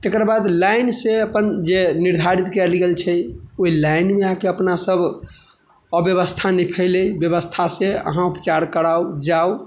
तेकर बाद लाइन से अपन जे निर्धारित कयल गेल छै ओहि लाइनमे आकऽ अपना सभ अव्यवस्था नहि फैले व्यवस्था से अहाँ उपचार कराऊ जाऊ